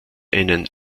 einen